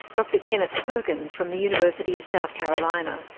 dr kenneth perkins from the university of south carolina.